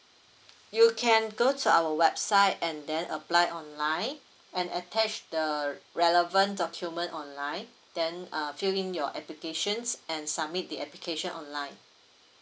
you can go to our website and then apply online and attach the relevant document online then uh fill in your applications and submit the application online